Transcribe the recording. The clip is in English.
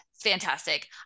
fantastic